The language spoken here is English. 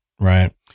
Right